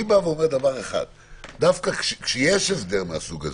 אני אומר כשיש הסדר מהסוג הזה,